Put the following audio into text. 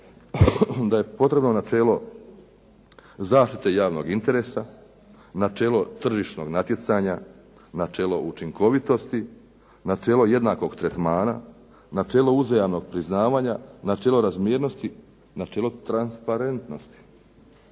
da je potrebno načelo zaštite javnog interesa, načelo tržišnog natjecanja, načelo učinkovitosti, načelo jednakog tretmana, načelo uzajamnog priznavanja, načelo razmirnosti, načelo transparentnosti.